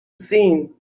seen